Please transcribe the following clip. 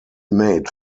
made